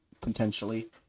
potentially